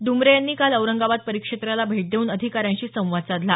डुंबरे यांनी काल औरंगाबाद परिक्षेत्राला भेट देऊन अधिकाऱ्यांशी संवाद साधला